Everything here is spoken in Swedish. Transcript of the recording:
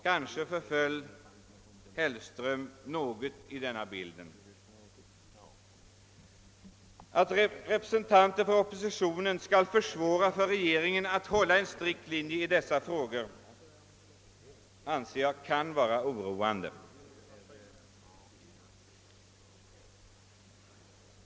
Kanske förföll herr Hellström något till en sådan bild. Att representanter för oppositionen skall försvåra för regeringen att hålla en strikt linje i dessa frågor kan enligt min mening vara oroande.